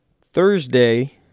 Thursday